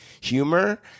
humor